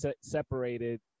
separated